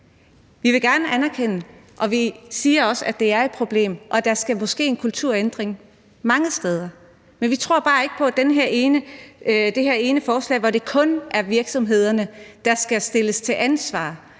Vi vil gerne anerkende og vi siger også, at det er et problem, og der skal måske en kulturændring til mange steder, men vi tror bare ikke på, at det her ene forslag, hvor det kun er virksomhederne, der skal stilles til ansvar,